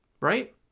right